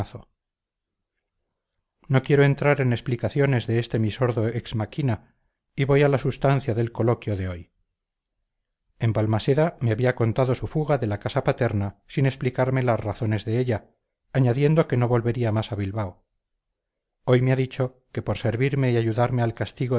no quiero entrar en explicaciones de este mi sordo ex machina y voy a la substancia del coloquio de hoy en balmaseda me había contado su fuga de la casa paterna sin explicarme las razones de ella añadiendo que no volvería más a bilbao hoy me ha dicho que por servirme y ayudarme al castigo